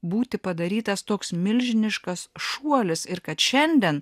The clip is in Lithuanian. būti padarytas toks milžiniškas šuolis ir kad šiandien